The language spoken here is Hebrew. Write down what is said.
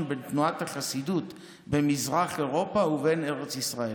בין תנועת החסידות במזרח אירופה ובין ארץ ישראל.